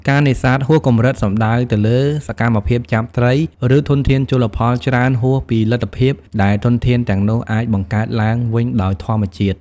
ការនេសាទហួសកម្រិតសំដៅទៅលើសកម្មភាពចាប់ត្រី ឬធនធានជលផលច្រើនហួសពីលទ្ធភាពដែលធនធានទាំងនោះអាចបង្កើតឡើងវិញដោយធម្មជាតិ។